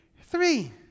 Three